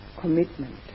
commitment